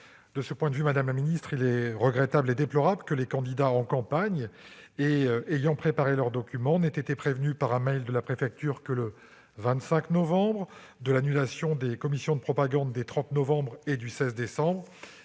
De ce point de vue, madame la ministre, il est regrettable et déplorable que les candidats, alors qu'ils étaient en campagne et qu'ils avaient préparé leurs documents, n'aient été prévenus par un mail de la préfecture que le 25 novembre de l'annulation des commissions de propagande des 30 novembre et 16 décembre,